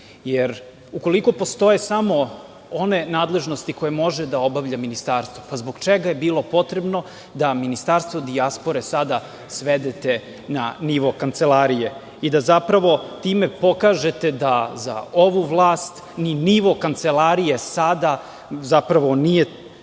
itd. Ukoliko postoje samo one nadležnosti koje može da obavlja Ministarstvo, pa zbog čega je bilo potrebno da Ministarstvo dijaspore sada svedete na nivo Kancelarije i da zapravo time pokažete da za ovu vlast ni nivo Kancelarije sada, zapravo nije onaj